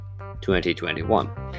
2021